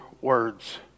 words